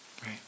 Right